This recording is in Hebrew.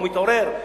הוא מתעורר.